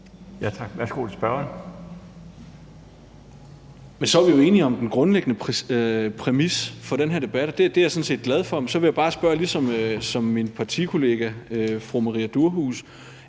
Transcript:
Thomas Skriver Jensen (S): Så er vi jo enige om den grundlæggende præmis for den her debat, og det er jeg sådan set glad for. Men så vil jeg bare, ligesom min partikollega fru Maria Duurhus